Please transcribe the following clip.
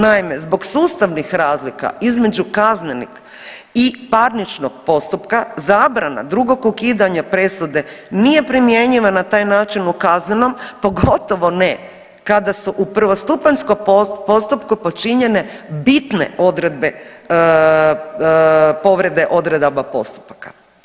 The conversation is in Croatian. Naime, zbog sustavnih razlika između kaznenog i parničnog postupka zabrana drugog ukidanja presude nije primjenjiva na taj način u kaznenom pogotovo ne kada su u prvostupanjskom postupku počinjene bitne odredbe, povrede odredaba postupaka.